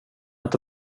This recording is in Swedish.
inte